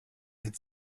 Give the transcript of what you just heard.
had